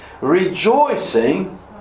rejoicing